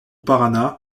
paraná